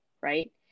right